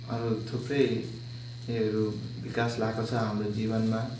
अरू थुप्रै उयोहरू विकास ल्याएको छ हाम्रो जीवनमा